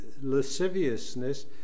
lasciviousness